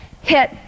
hit